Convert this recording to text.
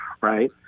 right